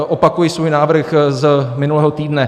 Opakuji svůj návrh z minulého týdne.